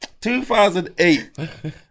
2008